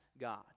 God